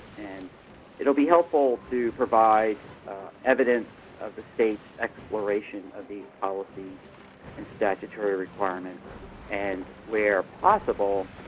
and it will be helpful to provide evidence of the state's exploration of these policy and statutory requirements and, where possible,